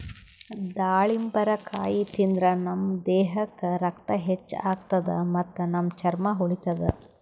ದಾಳಿಂಬರಕಾಯಿ ತಿಂದ್ರ್ ನಮ್ ದೇಹದಾಗ್ ರಕ್ತ ಹೆಚ್ಚ್ ಆತದ್ ಮತ್ತ್ ನಮ್ ಚರ್ಮಾ ಹೊಳಿತದ್